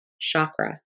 chakra